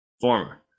Former